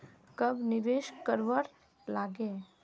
कब निवेश करवार लागे?